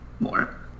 more